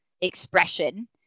expression